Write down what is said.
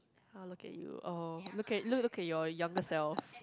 ah look at you oh look at look look at your younger self